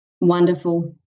Wonderful